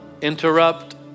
interrupt